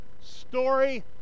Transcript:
story